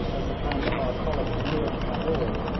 as the candahar column was nearing cabul,